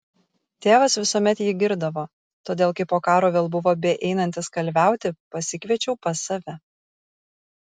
tėvas visuomet jį girdavo todėl kai po karo vėl buvo beeinantis kalviauti pasikviečiau pas save